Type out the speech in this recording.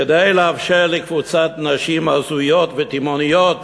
כדי לאפשר לקבוצת נשים הזויות ותימהוניות